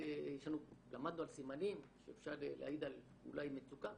למדנו על סימנים שיכולים להעיד אולי על מצוקה